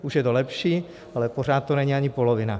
Už je to lepší, ale pořád to není ani polovina.